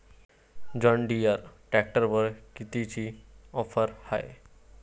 John Deere ट्रॅक्टरवर कितीची offer हाये?